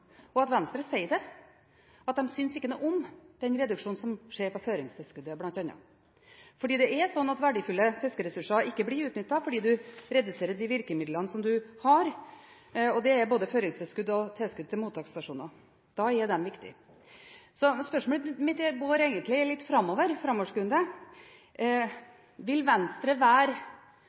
at Venstre der sier at de ikke synes noe om den reduksjonen som skjer på bl.a. føringstilskuddet. For det er slik at verdifulle fiskeriressurser ikke blir utnyttet fordi man reduserer de virkemidlene man har, og da er både føringstilskudd og tilskudd til mottaksstasjoner viktig. Spørsmålet mitt er egentlig litt framoverskuende: Vil Venstre kunne være